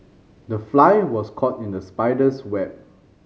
the fly was caught in the spider's web